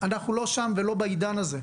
אנחנו לא שם ולא בעידן הזה.